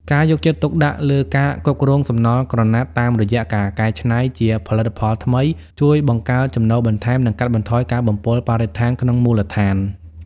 ការយកចិត្តទុកដាក់លើការគ្រប់គ្រងសំណល់ក្រណាត់តាមរយៈការកែច្នៃជាផលិតផលថ្មី ជួយបង្កើតចំណូលបន្ថែម និងកាត់បន្ថយការបំពុលបរិស្ថានក្នុងមូលដ្ឋាន។